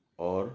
اور